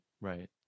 right